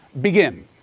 begin